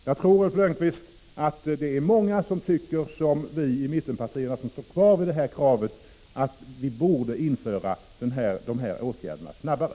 Jag tror, Ulf Lönnqvist, att det är många som tycker som vi i mittenpartierna och som står kvar vid kravet att vi borde vidta dessa åtgärder tidigare.